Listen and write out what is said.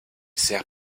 sert